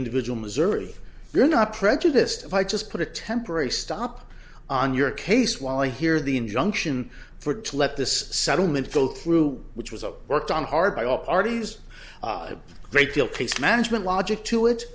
individual missouri they're not prejudiced if i just put a temporary stop on your case while i hear the injunction for to let this settlement go through which was a worked on hard by all parties a great deal case management logic to it